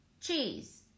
cheese